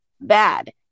bad